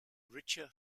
richer